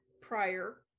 prior